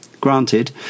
Granted